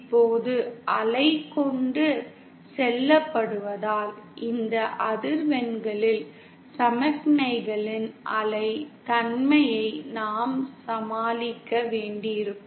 இப்போது அலை கொண்டு செல்லப்படுவதால் இந்த அதிர்வெண்களில் சமிக்ஞைகளின் அலை தன்மையை நாம் சமாளிக்க வேண்டியிருக்கும்